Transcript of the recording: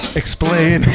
explain